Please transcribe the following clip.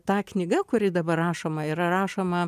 ta knyga kuri dabar rašoma yra rašoma